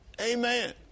Amen